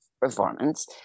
performance